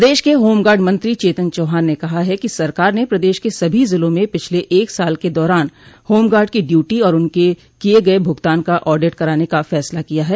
प्रदेश के होमगार्ड मंत्री चेतन चौहान ने कहा है कि सरकार ने प्रदेश के सभी जिलों में पिछले एक साल के दौरान होमगार्ड की ड्यूटी और उनको किये गये भुगतान का आडिट कराने का फैसला किया है